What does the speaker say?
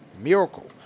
miracle